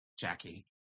Jackie